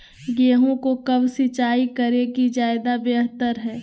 गेंहू को कब सिंचाई करे कि ज्यादा व्यहतर हो?